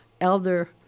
elder